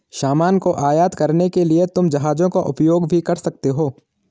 सामान को आयात करने के लिए तुम जहाजों का उपयोग भी कर सकते हो